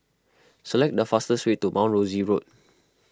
select the fastest way to Mount Rosie Road